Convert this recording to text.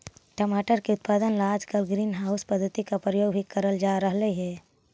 टमाटर की उत्पादन ला आजकल ग्रीन हाउस पद्धति का प्रयोग भी करल जा रहलई हे